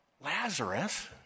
Lazarus